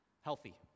healthy